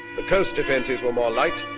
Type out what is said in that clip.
the coast defenses were more light,